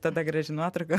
tada graži nuotrauka